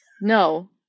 No